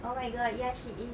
oh my god ya she is